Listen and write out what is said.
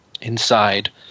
inside